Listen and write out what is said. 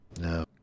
No